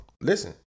listen